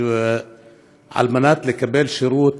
כדי לקבל שירות